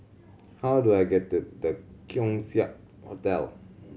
how do I get to The Keong Saik Hotel